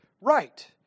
right